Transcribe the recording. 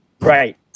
Right